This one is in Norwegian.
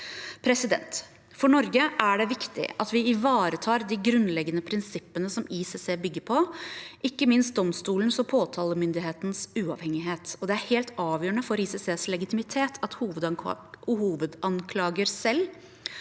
ukene. For Norge er det viktig at vi ivaretar de grunnleggende prinsippene som ICC bygger på, ikke minst domstolens og påtalemyndighetens uavhengighet. Og det er helt avgjørende for ICCs legitimitet at hovedanklageren selv